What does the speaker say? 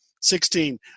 Sixteen